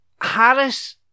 Harris